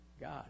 God